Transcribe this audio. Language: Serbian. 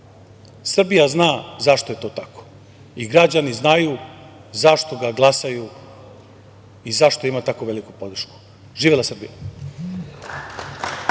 Srbija zna zašto je to tako i građani znaju zašto ga glasaju i zašto ima tako veliku podršku. Živela Srbija!